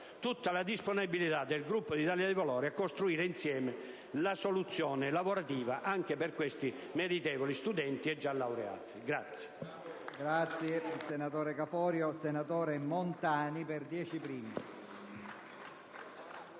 tutta la disponibilità del Gruppo dell'Italia dei Valori a costruire insieme la soluzione lavorativa anche per questi meritevoli studenti e per i già laureati.